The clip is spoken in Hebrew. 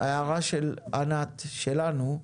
ההערה של ענת שלנו,